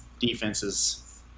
defenses